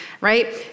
right